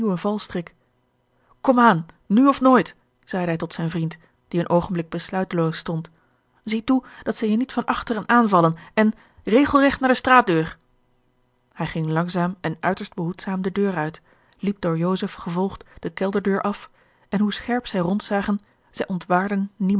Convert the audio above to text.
valstrik komaan nu of nooit zeide hij tot zijn vriend die een oogenblik besluiteloos stond zie toe dat zij je niet van achteren aanvallen en regelregt naar de straatdeur george een ongeluksvogel hij ging langzaam en uiterst behoedzaam de deur uit liep door joseph gevolgd de kelderdeur af en hoe scherp zij rond zagen zij ontwaarden